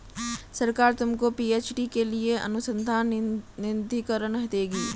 सरकार तुमको पी.एच.डी के लिए अनुसंधान निधिकरण देगी